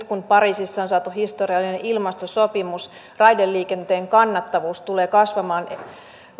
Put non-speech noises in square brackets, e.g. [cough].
[unintelligible] kun pariisissa on saatu historiallinen ilmastosopimus raideliikenteen kannattavuus tulee kasvamaan